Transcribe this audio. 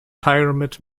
pyramid